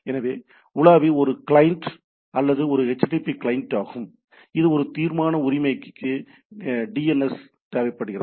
எனவே உலாவி ஒரு கிளையன்ட் அல்லது ஒரு http கிளையன்ட் ஆகும் இது ஒரு தீர்மான உரிமைக்கு எனது டிஎன்எஸ் தேவைப்படுகிறது